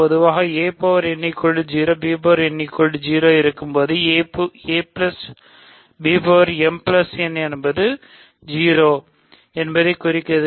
பொதுவாக என இருக்கும்போது ab என்பதைக் குறிக்கிறது